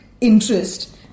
interest